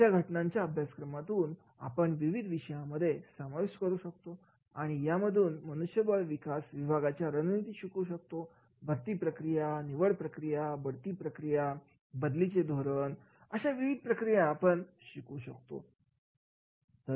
अशा घटनांच्या अभ्यासामधून आपण विविध विषयामध्ये समाविष्ट करू शकतो आणि या मधून मनुष्यबळ विकास विभागाच्या रणनीती शिकू शकतात भरती प्रक्रिया निवड प्रक्रिया बढती प्रक्रिया बदलीचे धोरण अशा विविध प्रक्रिया शिकू शकतो